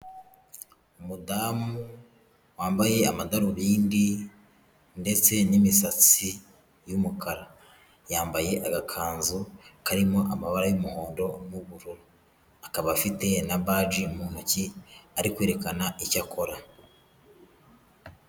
umudamu wambaye amadarubindi ndetse n'imisatsi y'umukara. Yambaye agakanzu karimo amabara y'umuhondo n'ubururu. Akaba afite na baji mu ntoki ari kwerekana icyo akora.